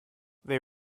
they